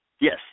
Yes